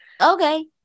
okay